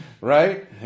right